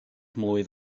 mlwydd